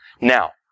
Now